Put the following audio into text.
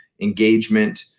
engagement